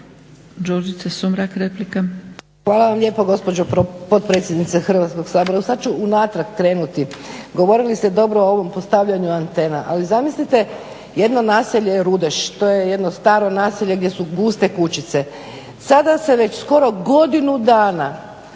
Hvala vam lijepo gospođo potpredsjednice Hrvatskog sabora. Sada ću unatrag krenuti. Govorili ste dobro o ovom postavljanju antena, ali zamislite jedno naselje Rudeš to je jedno staro naselje gdje su guste kućice, sada se već skoro godinu dana